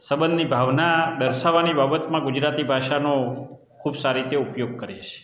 સબંધની ભાવના દર્શાવવાની બાબતમાં ગુજરાતી ભાષાનો ખૂબ સારી રીતે ઉપયોગ કરે છે